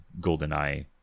GoldenEye